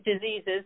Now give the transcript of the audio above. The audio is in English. diseases